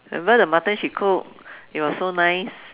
remember the mutton she cook it was so nice